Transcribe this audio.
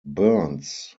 burns